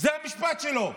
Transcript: זה המשפט שלו.